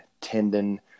tendon